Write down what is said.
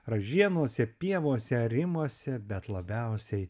ražienose pievose arimuose bet labiausiai